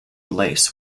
lace